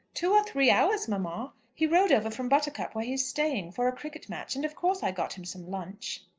two or three hours, mamma. he rode over from buttercup where he is staying, for a cricket match, and of course i got him some lunch.